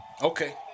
Okay